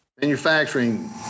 Manufacturing